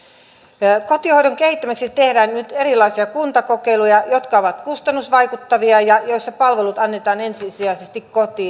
kotihoidon kehittämiseksi tehdään nyt erilaisia kuntakokeiluja jotka ovat kustannusvaikuttavia ja joissa palvelut annetaan ensisijaisesti kotiin